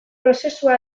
prozesua